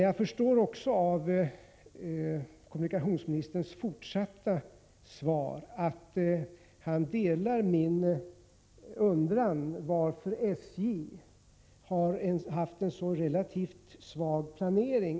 Jag förstår av kommunikationsministerns svar i övrigt att han delar min undran varför SJ har haft en så relativt svag planering.